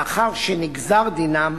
לאחר שנגזר דינם,